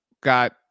got